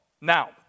Now